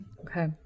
Okay